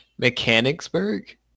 Mechanicsburg